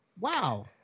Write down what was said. wow